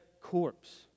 corpse